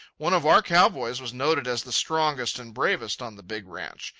one of our cow-boys was noted as the strongest and bravest on the big ranch.